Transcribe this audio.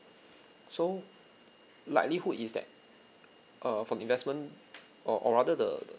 so likelihood is that uh from investment or or rather the the